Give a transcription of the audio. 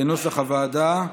כנוסח הוועדה.